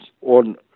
on